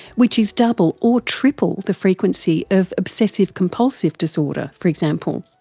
which is double or triple the frequency of obsessive compulsive disorder for example.